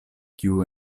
kiu